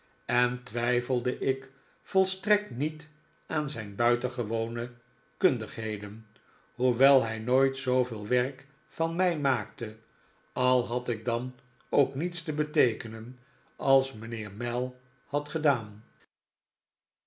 en twijfelde ik volstrekt niet aan zijn buitengewone kuntiigheden hoewel hij nooit zooveel werk van mij maakte al had ik dan ook niets te beteekenen als mijnheer mell had gedaan